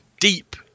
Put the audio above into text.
deep